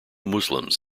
muslims